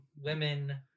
women